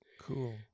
Cool